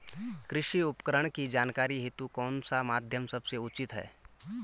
कृषि उपकरण की जानकारी हेतु कौन सा माध्यम सबसे उचित है?